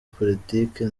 politike